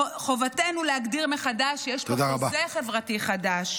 חובתנו להגדיר מחדש שיש חוזה חברתי חדש.